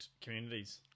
communities